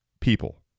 people